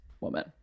woman